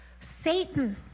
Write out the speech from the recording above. Satan